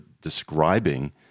describing